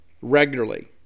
regularly